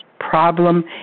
Problem